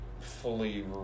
fully